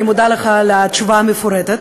אני מודה לך על התשובה המפורטת,